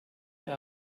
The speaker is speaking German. mehr